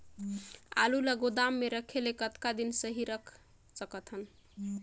आलू ल गोदाम म रखे ले कतका दिन सही रख सकथन?